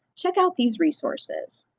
check out these resources.